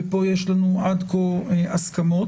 ופה יש לנו עד כה הסכמות.